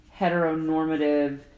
heteronormative